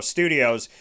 Studios